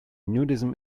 nudism